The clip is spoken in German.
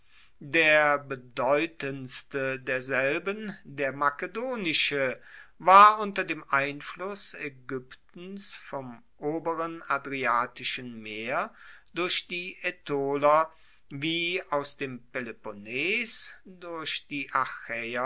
der bedeutendste derselben der makedonische war unter dem einfluss aegyptens vom oberen adriatischen meer durch die aetoler wie aus dem peloponnes durch die